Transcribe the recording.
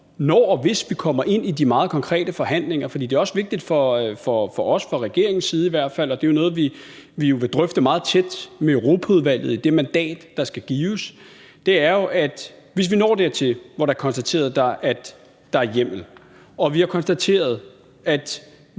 når og hvis vi kommer ind i de meget konkrete forhandlinger, for det er jo også vigtigt for os fra regeringens side i hvert fald. Og i forhold til det mandat, der skal gives, er det jo noget, vi vil drøfte meget tæt med Europaudvalget, nemlig at vi, hvis vi når dertil, at det er konstateret, at der er hjemmel, og at vi har konstateret, at